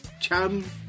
chum